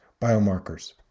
biomarkers